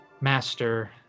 master